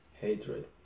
hatred